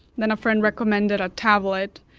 then a friend recommended a tablet.